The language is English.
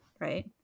right